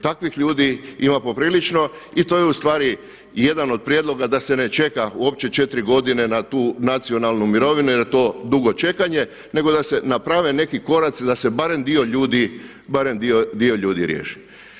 Takvih ljudi ima poprilično i to je ustvari jedan od prijedloga da se ne čeka uopće 4 godine na tu nacionalnu mirovinu jer je to dugo čekanje nego da se naprave neki koraci da se barem dio ljudi riješ.